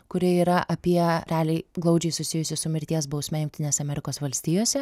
kuri yra apie realiai glaudžiai susijusi su mirties bausme jungtinėse amerikos valstijose